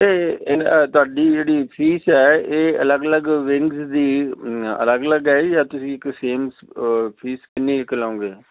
ਅਤੇ ਇਹ ਤੁਹਾਡੀ ਜਿਹੜੀ ਫੀਸ ਹੈ ਇਹ ਅਲੱਗ ਅਲੱਗ ਵਿੰਗਸ ਦੀ ਅਲੱਗ ਅਲੱਗ ਹੈ ਜਾਂ ਤੁਸੀਂ ਇੱਕ ਸੇਮ ਫੀਸ ਕਿੰਨੀ ਕੁ ਲਓਗੇ